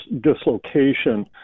dislocation